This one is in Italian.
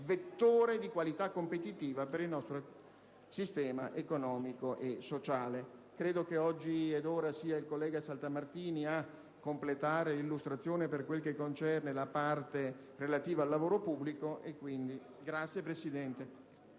vettore di qualità competitiva per il nostro sistema economico e sociale. Credo che ora sia il collega Saltamartini a completare l'illustrazione per quanto concerne la parte relativa al lavoro pubblico.*(Applausi